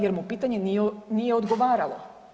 Jer mu pitanje nije odgovaralo.